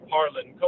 Harlan